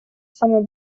самой